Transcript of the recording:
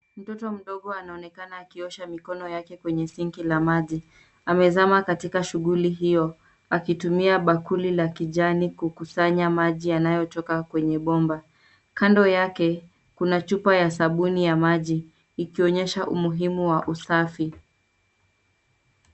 Mtoto mdogo anaonekana akiosha mikono yake kwenye sinki la maji. Amezama katika shughuli hio akitumia bakuli la kijani kukusanya maji yanayotoka kwenye bomba. Kando yake, kuna chupa ya sabuni ya maji ikionyesha umuhimu wa usafi.